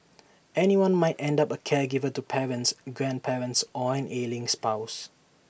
anyone might end up A caregiver to parents grandparents or an ailing spouse